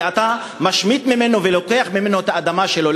כי אתה משמיט ממנו ולוקח ממנו את האדמה שלו.